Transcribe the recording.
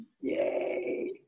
Yay